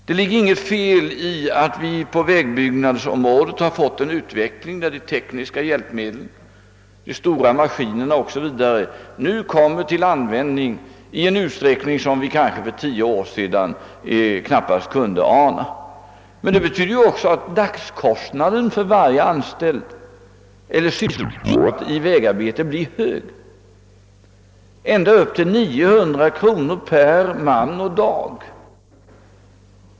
Det ligger inget fel i att vi på vägbyggnadsområdet har fått en utveckling, där de tekniska hjälpmedlen, de stora maskinerna m.m. nu kommer till användning i en utsträckning som vi för tio år sedan knappast kunde ana. Men det betyder också, att dagskostnaden för varje person som är sysselsatt i vägarbete blir hög, ända upp till 900 kronor per man och dag.